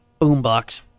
Boombox